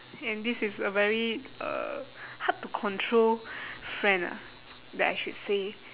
and this is a very uh hard to control friend lah that I should say